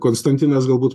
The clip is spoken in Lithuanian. konstantinas galbūt